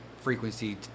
frequency